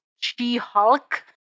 She-Hulk